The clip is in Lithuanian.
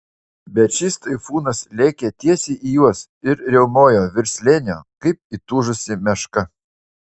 bet šis taifūnas lėkė tiesiai į juos ir riaumojo virš slėnio kaip įtūžusi meška